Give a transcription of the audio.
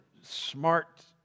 smart